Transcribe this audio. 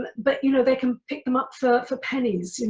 but you know they can pick them up for for pennies. and